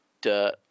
Dirt